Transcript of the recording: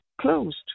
closed